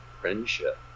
friendship